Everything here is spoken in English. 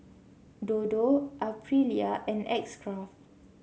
Dodo Aprilia and X Craft